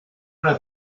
una